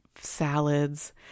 salads